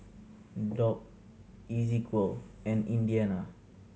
Dock Ezequiel and Indiana